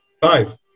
five